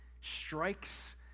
strikes